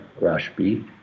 Rashbi